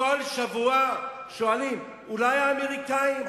כל שבוע שואלים: אולי האמריקנים,